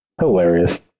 Hilarious